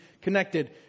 connected